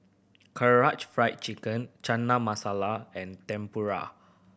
Karaage Fried Chicken Chana Masala and Tempura